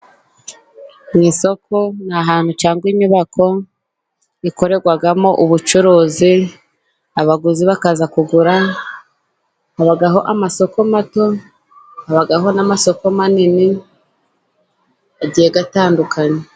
Mu isoko ni ahantu cyangwa inyubako ikorerwamo ubucuruzi, abaguzi bakaza kugura. Habaho amasoko mato, habaho n'amasoko manini agiye atandukanye.